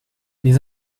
les